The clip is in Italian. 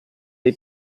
dei